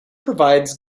provides